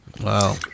Wow